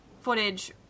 footage